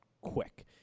quick